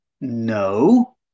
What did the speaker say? No